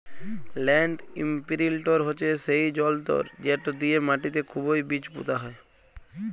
land ইমপিরিলটর হছে সেই জলতর্ যেট দিঁয়ে মাটিতে খুবই বীজ পুঁতা হয়